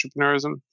entrepreneurism